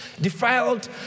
defiled